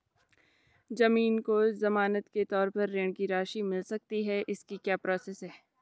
ज़मीन को ज़मानत के तौर पर ऋण की राशि मिल सकती है इसकी क्या प्रोसेस है?